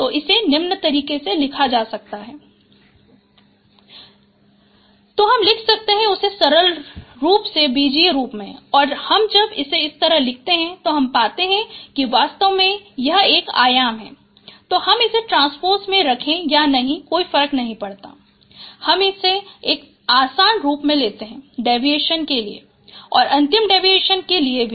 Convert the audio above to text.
तो इसे निम्न तरह लिखा जा सकता है S12 x∈W1uTx m1Tu तो हम लिख सकते हैं उसे सरल रूप से बीजीय रूप में और हम जब इसे इस तरह लिखते हैं तो हम पाते है कि कि वास्तव में यह एक आयाम है तो हम इसे ट्रांसपोज़ में रखें या नहीं कोई फर्क नहीं पड़ता है हम इसे एक आसान रूप में लेते हैं डेविएशन के लिए और अंतिम डेविएशन के लिए भी